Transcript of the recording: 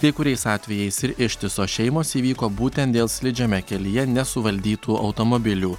kai kuriais atvejais ir ištisos šeimos įvyko būtent dėl slidžiame kelyje nesuvaldytų automobilių